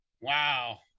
Wow